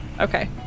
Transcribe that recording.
Okay